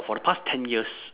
for the past ten years